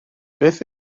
beth